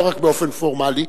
לא רק באופן פורמלי,